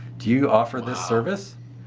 do you offer this service?